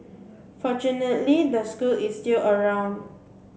fortunately the school is still around